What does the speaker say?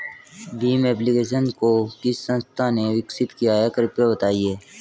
Bhim application को किस संस्था ने विकसित किया है कृपया बताइए?